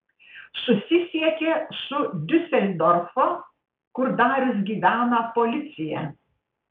susisiekė su diuseldorfo kur darius gyvena policija